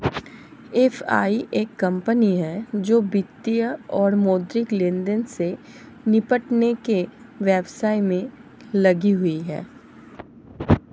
FI एक कंपनी है जो वित्तीय और मौद्रिक लेनदेन से निपटने के व्यवसाय में लगी हुई है